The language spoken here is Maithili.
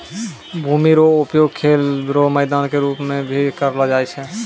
भूमि रो उपयोग खेल रो मैदान के रूप मे भी करलो जाय छै